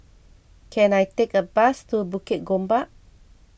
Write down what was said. can I take a bus to Bukit Gombak